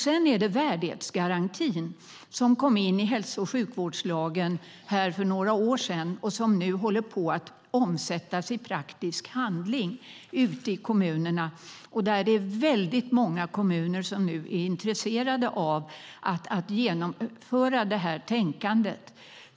Sedan har vi värdighetsgarantin, som kom in i hälso och sjukvårdslagen för några år sedan och som nu håller på att omsättas i praktisk handling ute i kommunerna. Väldigt många kommuner är nu intresserade av att genomföra det tänkandet.